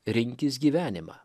rinkis gyvenimą